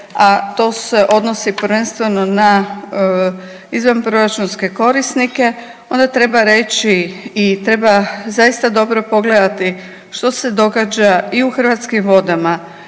a to se odnosi prvenstveno na izvanproračunske korisnike, onda treba reći i treba zaista dobro pogledati što se događa i u Hrvatskim vodama